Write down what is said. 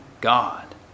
God